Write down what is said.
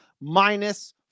minus